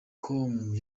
com